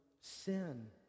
sin